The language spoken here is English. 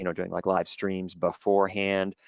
you know doing like live streams beforehand.